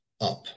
up